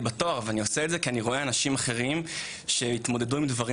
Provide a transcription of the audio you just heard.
בתואר ואני עושה את זה כי אני רואה אנשים אחרים שהתמודדו עם דברים